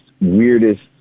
weirdest